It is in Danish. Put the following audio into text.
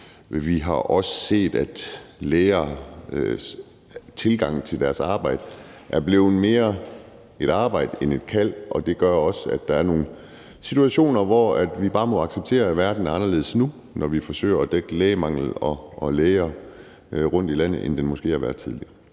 Vi har også set, at lægers tilgang til deres arbejde er blevet sådan, at det mere er et arbejde end et kald, og det gør også, at der er nogle situationer, hvor vi bare må acceptere, at verden er anderledes nu, når vi forsøger at dække lægemanglen og få læger rundtomkring i landet, i forhold til tidligere.